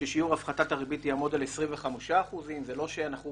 ששיעור הפחתת הריבית יעמוד על 25%. זה לא שאנחנו